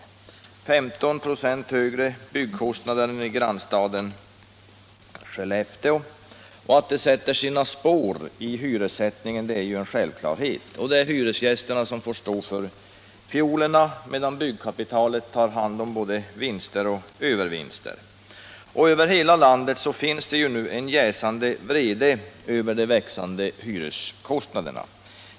Det blev 15 96 högre byggkostnader än i grannstaden Skellefteå. Att det sätter sina spår i hyrorna är självklart. Och det är hyresgästerna som får betala fiolerna, medan byggkapitalet tar hand om både vinster och övervinster. Över hela landet kan man nu märka en jäsande vrede över de växande hyreskostnaderna.